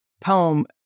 poem